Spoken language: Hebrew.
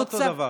מה אותו דבר?